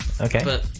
okay